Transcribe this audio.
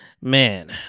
man